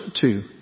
two